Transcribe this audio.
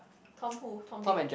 Tom Pool Tom Dick